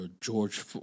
George